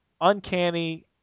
Uncanny